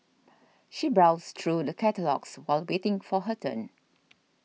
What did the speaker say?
she browsed through the catalogues while waiting for her turn